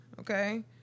Okay